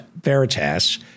Veritas